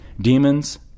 demons